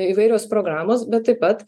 įvairios programos bet taip pat